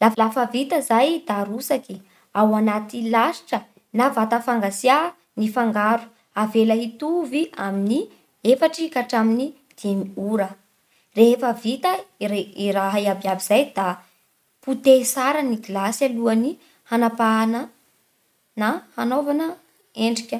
Lafa Lafa vita izay da arotsaky ao anaty lasitra na vata fangantsia ny fangaro, avela hitovy amin'ny efatry ka hatramin'ny dimy ora. Rehefa vita ire- i raha aby aby izay da potehy tsara gilasy alohan'ny hanapahana na hanaovana endrika.